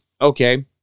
okay